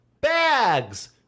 bags